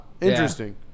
Interesting